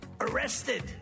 arrested